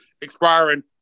expiring